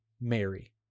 Mary